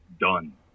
done